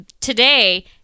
today